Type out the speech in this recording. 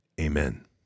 amen